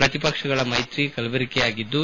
ಪ್ರತಿಪಕ್ಷಗಳ ಮೈತ್ರಿ ಕಲಬೆರಕೆಯಾಗಿದ್ದು